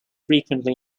frequently